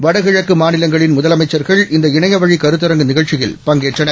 வடகிழக்குமாநிலங்களின்முதலமைச் சர்கள்இந்தஇணையவழிகருத்தரங்கநிகழ்ச்சியில்பங்கேற்ற னர்